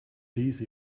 easy